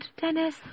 Dennis